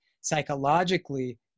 psychologically